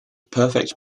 perfect